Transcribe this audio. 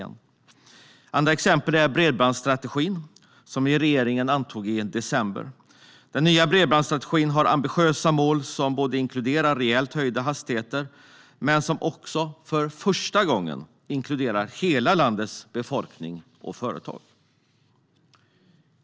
Ett annat exempel är bredbandsstrategin, som regeringen antog i december. Den nya bredbandsstrategin har ambitiösa mål som inkluderar rejält höjda hastigheter men som också, för första gången, inkluderar hela landets befolkning och företag.